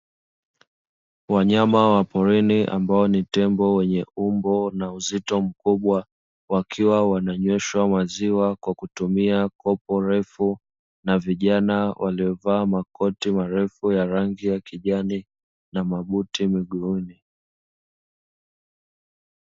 Wanyama wa porini ambao ni tembo wenye umbo na uzito mkubwa wakiwa wananyweshwa maziwa kwa kutumia kopo refu na vijana waliovaa makoti marefu ya rangi ya kijani na mabuti miguuni.